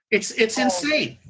it's it's insane.